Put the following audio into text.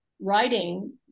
writing